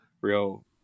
real